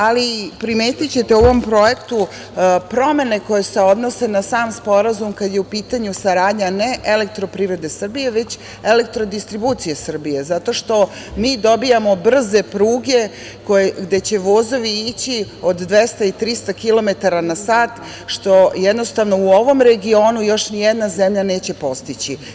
Ali, primetićete u ovom projektu promene koje se odnose na sam sporazum, kada je u pitanju saradnja ne elektroprivrede Srbije, već Elektrodistribucije Srbije, zato što mi dobijamo brze pruge, gde će vozovi ići od 200 i 300 kilometara na sat, što jednostavno, u ovom regionu još ni jedna zemlja neće postići.